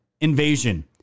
invasion